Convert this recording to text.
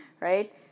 right